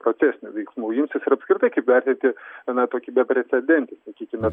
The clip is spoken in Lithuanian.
procesinių veiksmų imsis ir apskritai kaip vertinti na tokį beprecedentį sakykime